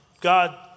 God